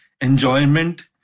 enjoyment